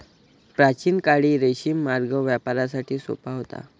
प्राचीन काळी रेशीम मार्ग व्यापारासाठी सोपा होता